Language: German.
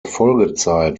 folgezeit